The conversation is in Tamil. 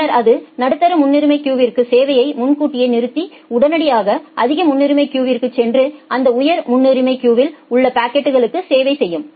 பின்னர் அது நடுத்தர முன்னுரிமை கியூவிற்கு சேவையை முன்கூட்டியே நிறுத்தி உடனடியாக அதிக முன்னுரிமை கியூவிற்கு சென்று அந்த உயர் முன்னுரிமை கியூவில் உள்ள பாக்கெட்களுக்கு சேவை செய்யும்